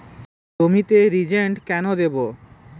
জমিতে রিজেন্ট কেন দেবো?